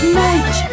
night